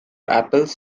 apples